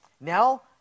Now